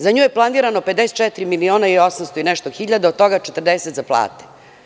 Za nju je planirano 54 miliona i 800 i nešto hiljada, od toga 40 za plate.